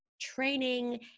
training